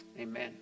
Amen